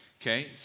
okay